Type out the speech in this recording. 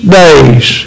days